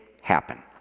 happen